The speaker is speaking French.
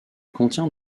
contient